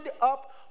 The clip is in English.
up